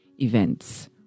events